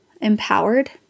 empowered